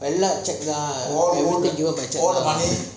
எல்லாம்:ellam cheque lah